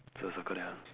so circle that one